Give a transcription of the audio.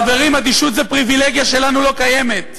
חברים, אדישות זה פריבילגיה שלנו שלא קיימת.